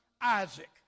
Isaac